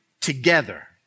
together